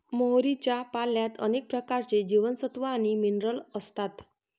मोहरीच्या पाल्यात अनेक प्रकारचे जीवनसत्व आणि मिनरल असतात